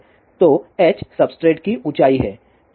तो h substrate की ऊंचाई है